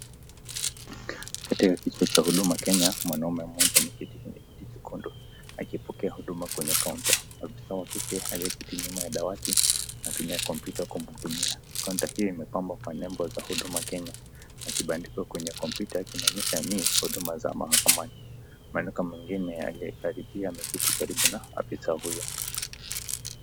Katika kituo cha huduma Kenya, mwanaume mmoja ameketi kwenye kiti chekundu akipokea huduma kwenye kaunta. Afisa wa kike aliyeketi nyuma ya dawati anatumia kompyuta kumhudumia. Kaunta hiyo imepambwa kwa nembo za huduma Kenya na kibandiko kwenye kompyuta kinaonyesha ni huduma za mahakamani. Mwanamke mwingine aliyekaribia ameketi karibu na afisa huyo.